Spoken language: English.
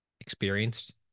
experienced